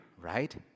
right